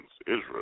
Israel